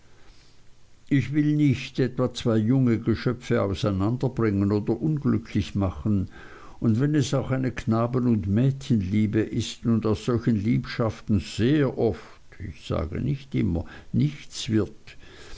ich will nicht etwa zwei junge geschöpfe auseinander bringen oder unglücklich machen und wenn es auch eine knaben und mädchenliebe ist und aus solchen liebschaften sehr oft ich sage nicht immer nichts wird